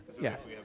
Yes